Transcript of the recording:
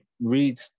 read